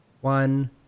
one